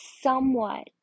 somewhat